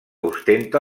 ostenta